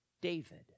David